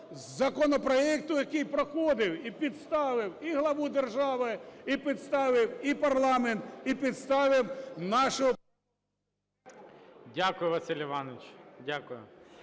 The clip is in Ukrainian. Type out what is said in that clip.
законопроекту, який проходив і підставив і главу держави, і підставив і парламент, і підставив нашого... ГОЛОВУЮЧИЙ. Дякую, Василь Іванович. Дякую.